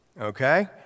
Okay